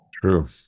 True